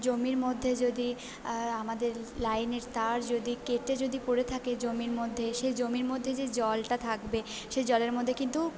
জমির মধ্যে যদি আমাদের লাইনের তার যদি কেটে যদি পড়ে থাকে জমির মধ্যে সেই জমির মধ্যে যে জলটা থাকবে সে জলের মধ্যে কিন্তু